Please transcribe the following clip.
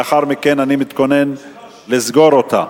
לאחר מכן אני מתכונן לסגור אותה.